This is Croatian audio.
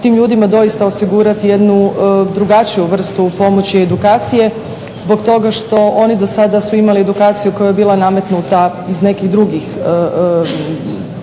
tim ljudima doista osigurati jednu drugačiju vrstu pomoći i edukacije zbog toga što oni do sada su imali edukaciju koja je bila nametnuta iz nekih drugih,